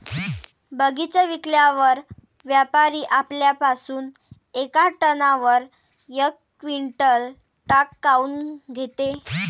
बगीचा विकल्यावर व्यापारी आपल्या पासुन येका टनावर यक क्विंटल काट काऊन घेते?